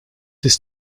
ist